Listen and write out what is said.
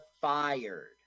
fired